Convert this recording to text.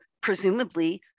presumably